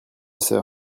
sœur